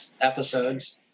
episodes